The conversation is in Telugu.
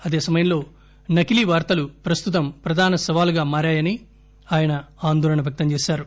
అదే సమయంలో నకిలీ వార్తలు ప్రస్తుతం ప్రధాన సవాలుగా మారాయని ఆయన ఆందోళన వ్యక్తం చేశారు